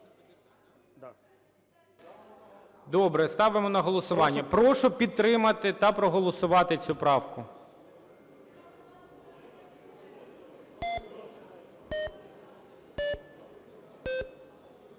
Добре. Ставимо на голосування. Прошу підтримати та проголосувати цю правку.